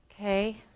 Okay